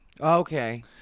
Okay